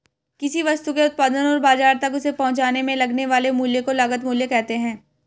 किसी वस्तु के उत्पादन और बाजार तक उसे पहुंचाने में लगने वाले मूल्य को लागत मूल्य कहते हैं